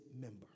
member